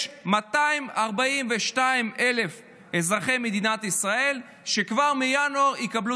יש 242,000 אזרחי מדינת ישראל שכבר מינואר יקבלו